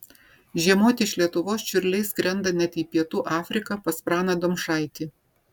žiemoti iš lietuvos čiurliai skrenda net į pietų afriką pas praną domšaitį